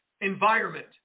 environment